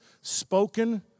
spoken